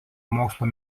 mokslo